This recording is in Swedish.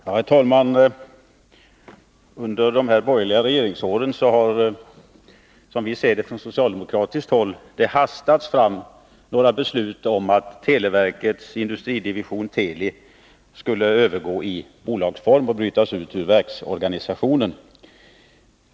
Herr talman! Under de borgerliga regeringsåren har det, som vi ser det från socialdemokratiskt håll, hastats fram beslut om att televerkets industridivision, Teli, skulle övergå i bolagsform och brytas ut ur verksorganisationen.